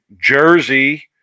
Jersey